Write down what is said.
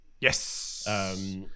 Yes